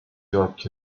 york